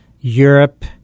Europe